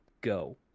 go